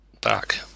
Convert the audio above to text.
back